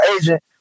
agent